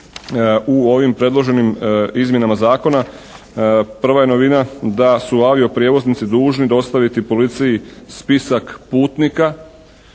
u ovim predloženim izmjenama Zakona. Prva je novina da su avioprijevoznici dužni dostaviti policiji spisak putnika